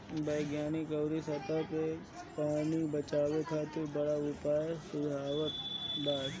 वैज्ञानिक ऊपरी सतह के पानी बचावे खातिर बड़ा उपाय सुझावत बाड़न